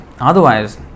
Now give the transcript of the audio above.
Otherwise